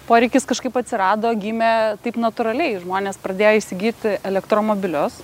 poreikis kažkaip atsirado gimė taip natūraliai žmonės pradėjo įsigyti elektromobilius